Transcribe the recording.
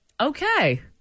Okay